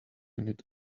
unit